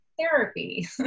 therapy